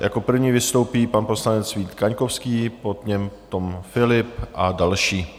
Jako první vystoupí pan poslanec Vít Kaňkovský, po něm Tom Philipp a další.